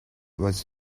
was